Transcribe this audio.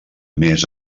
més